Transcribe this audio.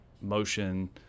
motion